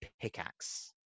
Pickaxe